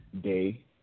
day